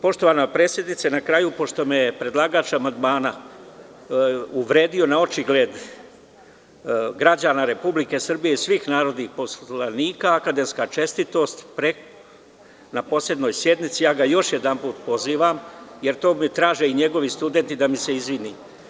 Poštovana predsednice, na kraju, pošto me je predlagač amandmana uvredio naočigled građana Republike Srbije i svih narodnih poslanika, akademska čestitost, na posebnoj sednici, ja ga još jedanput pozivam, jer to traže i njegovi studenti, da mi se izvini.